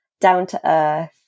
down-to-earth